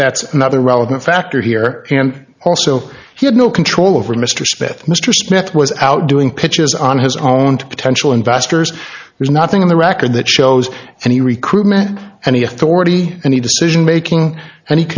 that's another relevant factor here and also he had no control over mr smith mr smith was out doing pitches on his own to potential investors there's nothing in the record that shows any recruitment any authority any decision making any